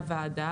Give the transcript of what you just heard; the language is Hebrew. "הוועדה",